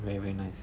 very nice